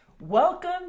Welcome